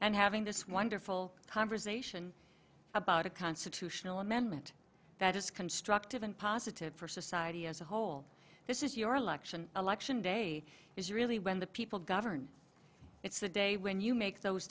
and having this wonderful conversation about a constitutional amendment that is constructive and positive for society as a whole this is your election election day is really when the people govern it's the day when you make those